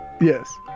Yes